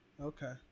okay